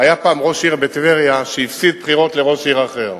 היה פעם ראש עיר בטבריה שהפסיד בבחירות לראש עיר אחר.